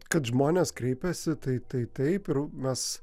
kad žmonės kreipiasi tai tai taip ir mes